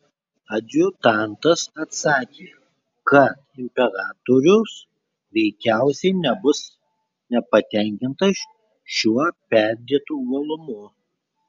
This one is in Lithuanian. adjutantas atsakė kad imperatorius veikiausiai nebus nepatenkintas šiuo perdėtu uolumu